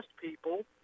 people